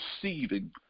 perceiving